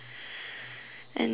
and then